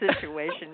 situation